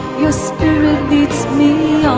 your spirit leads me on,